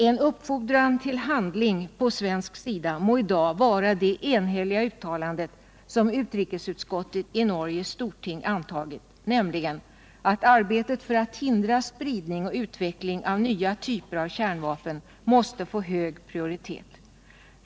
En uppfordran till handling från svensk sida må i dag vara det enhälliga uttalande som utrikesutskottet i Norges storting antagit, nämligen att arbetet för att hindra spridning och utveckling av nya typer av kärnvapen måste få hög prioritet.